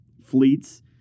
fleets